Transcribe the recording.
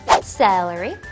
celery